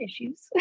issues